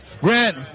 Grant